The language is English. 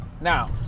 Now